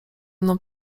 mną